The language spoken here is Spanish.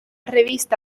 revista